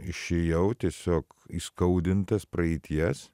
išėjau tiesiog įskaudintas praeities